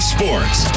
Sports